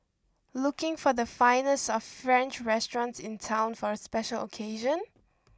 looking for the finest of French restaurants in town for a special occasion